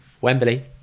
Wembley